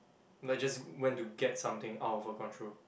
like just went to get something out of her control